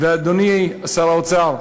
ואדוני שר האוצר,